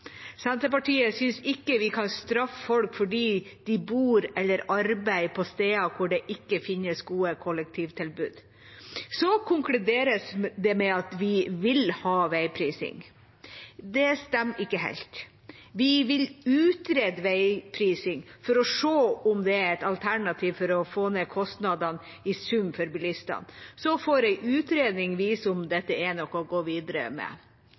Senterpartiet syns ikke vi kan straffe folk fordi de bor eller arbeider på steder hvor det ikke finnes gode kollektivtilbud. Så konkluderes det med at vi «vil ha veiprising». Det stemmer ikke helt. Vi vil «utrede» veiprising for å se om det er et alternativ for å få ned kostnadene i sum for bilistene. Så får en utredning vise om dette er noe å gå videre med.